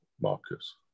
Marcus